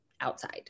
outside